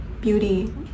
beauty